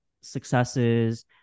successes